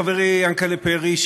חברי יענקל'ה פרי,